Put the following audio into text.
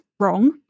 wrong